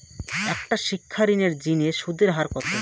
একটা শিক্ষা ঋণের জিনে সুদের হার কত?